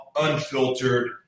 unfiltered